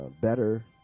Better